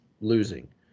losing